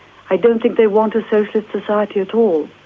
i don't think they want a socialist society at all.